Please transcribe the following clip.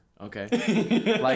Okay